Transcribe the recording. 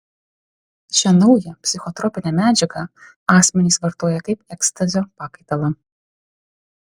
šią naują psichotropinę medžiagą asmenys vartoja kaip ekstazio pakaitalą